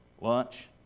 lunch